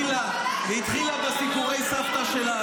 אבל כשאת מדברת ככה על הלוחמים שלנו,